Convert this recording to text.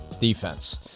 defense